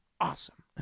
awesome